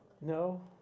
No